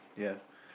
yeah